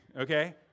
okay